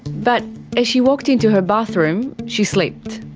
but as she walked into her bathroom, she slipped.